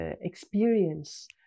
experience